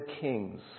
kings